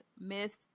Miss